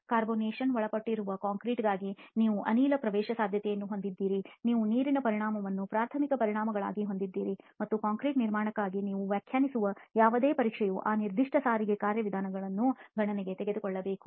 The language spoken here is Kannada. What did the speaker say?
ಕಾರ್ಬೊನೇಷನ ಒಳಪಟ್ಟಿರುವ ಕಾಂಕ್ರೀಟ್ಗಾಗಿ ನೀವು ಅನಿಲ ಪ್ರವೇಶಸಾಧ್ಯತೆಯನ್ನು ಹೊಂದಿದ್ದೀರಿ ನೀವು ನೀರಿನ ಪರಿಣಾಮವನ್ನು ಪ್ರಾಥಮಿಕ ಪರಿಣಾಮಗಳಾಗಿ ಹೊಂದಿದ್ದೀರಿ ಮತ್ತು ಕಾಂಕ್ರೀಟ್ ನಿರ್ಮಾಣಕ್ಕಾಗಿ ನೀವು ವ್ಯಾಖ್ಯಾನಿಸುವ ಯಾವುದೇ ಪರೀಕ್ಷೆಯು ಆ ನಿರ್ದಿಷ್ಟ ಸಾರಿಗೆ ಕಾರ್ಯವಿಧಾನಗಳನ್ನು ಗಣನೆಗೆ ತೆಗೆದುಕೊಳ್ಳಬೇಕು